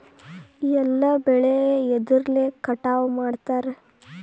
ಎಲ್ಲ ಬೆಳೆ ಎದ್ರಲೆ ಕಟಾವು ಮಾಡ್ತಾರ್?